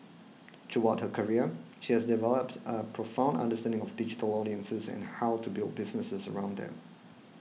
throughout her career she has developed a profound understanding of digital audiences and how to build businesses around them